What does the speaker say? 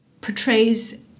portrays